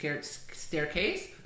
staircase